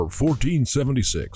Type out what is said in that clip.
1476